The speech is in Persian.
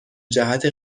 جهت